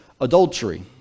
adultery